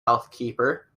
housekeeper